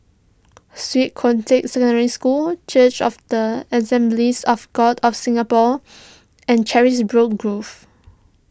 Swiss Cottage Secondary School Church of the Assemblies of God of Singapore and Carisbrooke Grove